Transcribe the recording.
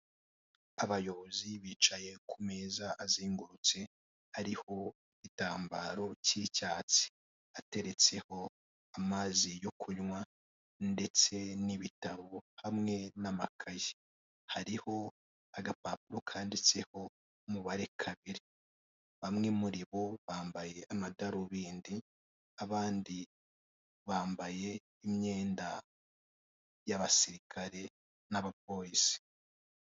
Umusangiro w'abayobozi bakomeye barimo n'abo mu nzego nkuru z'umutekano. Tubamenye bitewe n'amapeti ari ku mpuzankano bambaye. Bicaye ku meza ariho n'uducupa tw'amazi yo kunywa. Inyuma yabo na bwo hari abandi bantu, na bo bicaye bazengurutse ameza, mu matsinda atandukanye bicayemo.